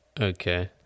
Okay